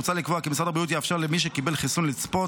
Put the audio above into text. מוצע לקבוע כי משרד הבריאות יאפשר למי שקיבל חיסון לצפות,